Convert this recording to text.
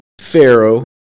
pharaoh